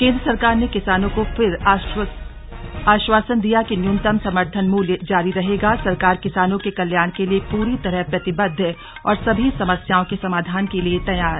केंद्र सरकार ने किसानों को फिर आश्वासन दिया कि न्यूनतम समर्थन मूल्य जारी रहेगा सरकार किसानों के कल्याण के लिए पूरी तरह प्रतिबद्ध और सभी समस्याओं के समाधान के लिए तैयार